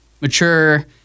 mature